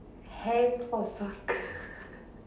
hand for soccer